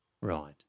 Right